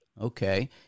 Okay